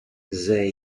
there